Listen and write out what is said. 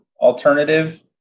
alternative